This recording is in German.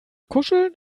kuscheln